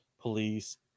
police